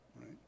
right